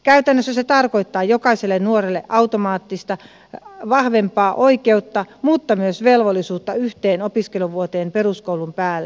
käytännössä se tarkoittaa jokaiselle nuorelle automaattista vahvempaa oikeutta mutta myös velvollisuutta yhteen opiskeluvuoteen peruskoulun päälle